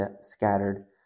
scattered